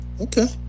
okay